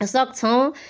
सक्छौँ